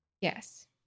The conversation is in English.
Yes